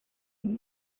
bike